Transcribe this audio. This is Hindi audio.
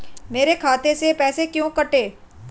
मेरे खाते से पैसे क्यों कटे?